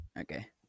okay